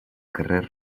carrer